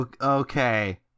Okay